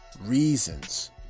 reasons